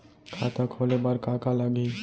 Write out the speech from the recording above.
खाता खोले बार का का लागही?